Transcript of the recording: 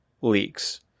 leaks